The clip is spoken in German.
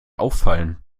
auffallen